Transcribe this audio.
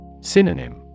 Synonym